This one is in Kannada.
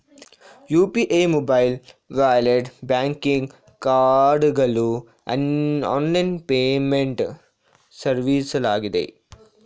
UPI, mobile wallet, banking cards ಗಳು ಆನ್ಲೈನ್ ಪೇಮೆಂಟ್ ಸರ್ವಿಸ್ಗಳಾಗಿವೆ